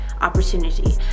opportunity